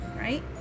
Right